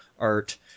art